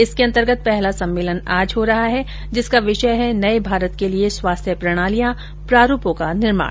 इसके अंतर्गत पहला सम्मेलन आज हो रहा है जिसका विषय है नए भारत के लिए स्वास्थ्य प्रणालियां प्रारूपों का निर्माण